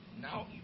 No